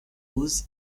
rose